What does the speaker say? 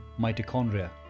mitochondria